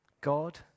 God